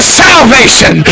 salvation